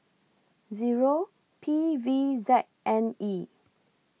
Zero P V Z N E